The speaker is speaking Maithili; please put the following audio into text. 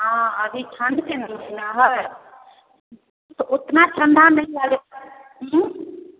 हँ अभी ठण्डके ने महिना हइ तऽ ओतना ठण्डा नहि आएल उँ